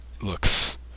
looks